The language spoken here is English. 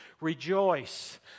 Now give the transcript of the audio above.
Rejoice